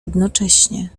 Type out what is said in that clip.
jednocześnie